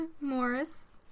Morris